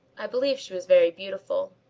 i believe she was very beautiful.